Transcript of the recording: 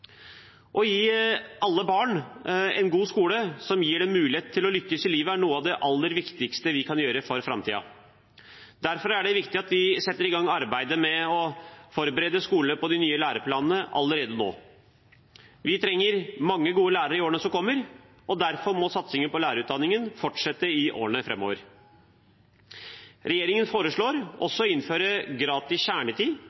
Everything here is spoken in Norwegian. Å gi alle barn en god skole som gir dem mulighet til å lykkes i livet, er noe av det aller viktigste vi kan gjøre for framtiden. Derfor er det viktig at vi setter i gang arbeidet med å forberede skolene på de nye læreplanene allerede nå. Vi trenger mange gode lærere i årene som kommer, og derfor må satsingen på lærerutdanningen fortsette i årene framover. Regjeringen foreslår